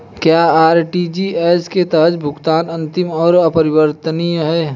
क्या आर.टी.जी.एस के तहत भुगतान अंतिम और अपरिवर्तनीय है?